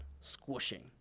squishing